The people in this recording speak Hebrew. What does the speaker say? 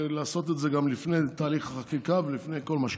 ולעשות את זה לפני תהליך החקיקה ולפני כל מה שקורה.